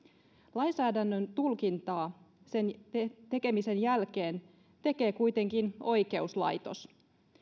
lainsäädännön tulkintaa sen tekemisen jälkeen tekee kuitenkin oikeuslaitos